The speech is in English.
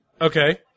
Okay